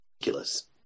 ridiculous